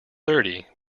thirty